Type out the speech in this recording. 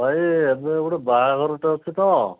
ଭାଇ ଏବେ ଗୋଟେ ବାହାଘରଟେ ଅଛି ତ